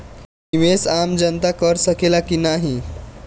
निवेस आम जनता कर सकेला की नाहीं?